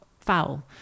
foul